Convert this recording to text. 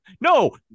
no